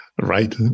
right